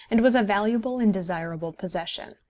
and was a valuable and desirable possession.